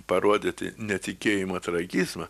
parodyti netikėjimo tragizmą